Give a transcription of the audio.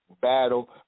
battle